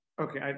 Okay